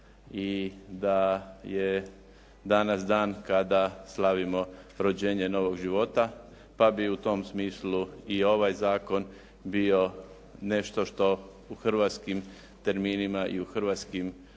i da je danas dan kada slavimo rođenje novog života, pa bi u tom smislu i ovaj zakon bio nešto što u hrvatskim terminima i u hrvatskom